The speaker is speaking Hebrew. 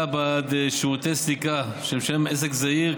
בעמלה בעד שירותי סליקה שמשלם עסק זעיר,